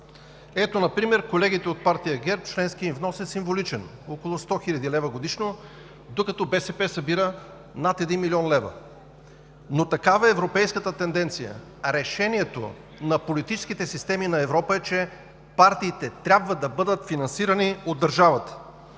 Ето, например колегите от партия ГЕРБ – членският им внос е символичен, около 100 хил. лв. годишно, докато БСП събира над 1 млн. лв., но такава е европейската тенденция. Решението на политическите системи на Европа е, че партиите трябва да бъдат финансирани от държавата